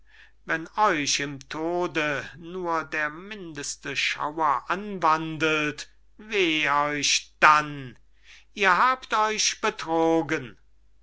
wenn euch im tode nur der mindeste schauer anwandelt weh euch dann ihr habt euch betrogen